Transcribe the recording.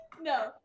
No